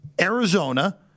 Arizona –